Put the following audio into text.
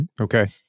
Okay